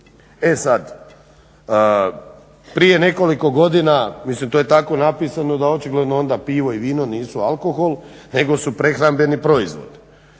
E sad prije nekoliko godina, mislim to je tako napisano da očigledno onda pivo i vino nisu alkohol nego su prehrambeni proizvodi